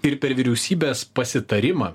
ir per vyriausybės pasitarimą